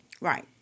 Right